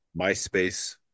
Myspace